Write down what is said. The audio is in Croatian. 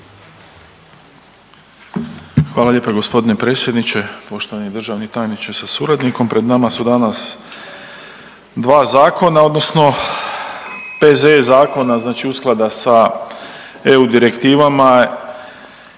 Hvala lijepa gospodine predsjedniče. Poštovani državni tajniče sa suradnikom, pred nama su danas dva zakona odnosno P.Z.E. zakona znači usklada sa EU direktivama